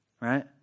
right